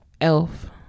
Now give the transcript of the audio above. Elf